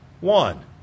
one